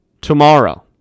tomorrow